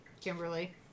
Kimberly